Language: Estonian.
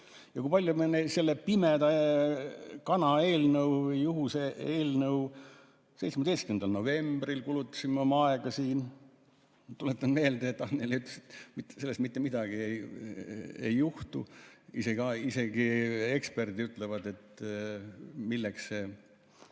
ja kui palju me nende pimeda kana, juhuse eelnõudega ... 17. novembril kulutasime oma aega siin. Tuletan meelde, Annely ütles, et sellest mitte midagi ei juhtu. Isegi eksperdid ütlevad, et milleks see.